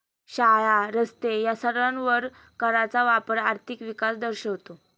शाळा, रस्ते या सर्वांवर कराचा वापर आर्थिक विकास दर्शवतो